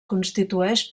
constitueix